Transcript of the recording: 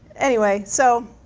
anyway, so,